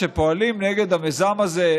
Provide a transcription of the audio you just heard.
שפועלות נגד המיזם הזה,